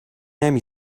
نمی